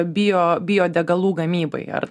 bio biodegalų gamybai ar